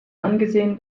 angesehen